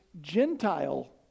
Gentile